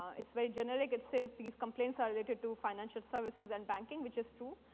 it's very generic. it says, these complaints are related to financial services and banking, which is true.